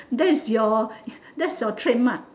that is your that's your trademark